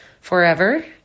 forever